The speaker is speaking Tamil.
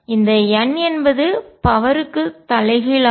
இந்த n என்பது பவர் க்கு சக்தி தலைகீழ் ஆகும்